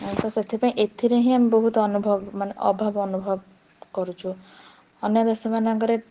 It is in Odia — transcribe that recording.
ତ ସେଥିପାଇଁ ଏଥିରେ ହିଁ ଆମେ ବହୁତ ଅନୁଭବ ମାନେ ଅଭାବ ଅନୁଭବ କରୁଛୁ ଅନ୍ୟ ଦେଶମାନଙ୍କରେ